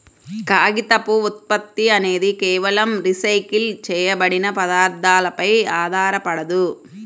కాగితపు ఉత్పత్తి అనేది కేవలం రీసైకిల్ చేయబడిన పదార్థాలపై ఆధారపడదు